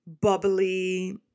bubbly